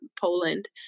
Poland